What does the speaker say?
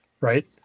right